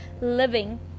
living